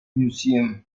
museum